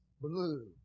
blue